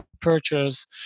purchase